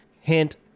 hint